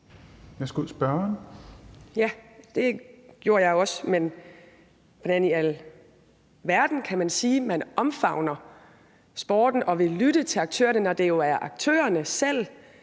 Mercado (KF): Ja, det gjorde jeg også, men hvordan i alverden kan man sige, at man omfavner e-sporten og vil lytte til aktørerne, når det jo er aktørerne selv,